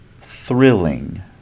thrilling